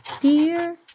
Dear